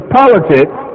politics